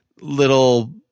little